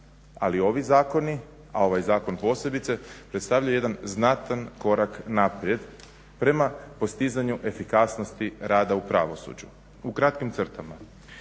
ali ovi zakoni, a ovaj zakon posebice predstavljaju jedan znatan korak naprijed, prema postizanju efikasnosti rada u pravosuđu. U kratkim crtama